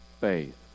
faith